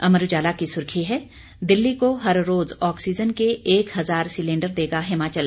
अमर उजाला की सुर्खी है दिल्ली को हर रोज ऑक्सीजन के एक हजार सिलिंडर देगा हिमाचल